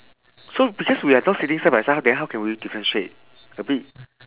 so because we are not sitting side by side then how can we differentiate a bit